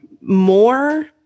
more